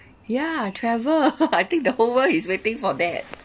yeah travel I think the whole world is waiting for that